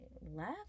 left